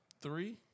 three